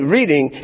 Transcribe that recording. reading